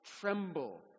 tremble